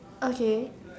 okay